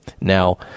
now